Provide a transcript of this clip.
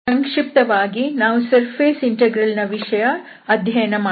ಸಂಕ್ಷಿಪ್ತವಾಗಿ ನಾವು surface integral ನ ವಿಷಯ ಅಧ್ಯಯನ ಮಾಡಿದೆವು